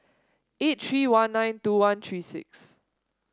eight three one nine two one three six